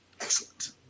Excellent